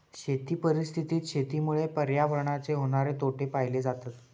शेती परिस्थितीत शेतीमुळे पर्यावरणाचे होणारे तोटे पाहिले जातत